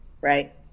right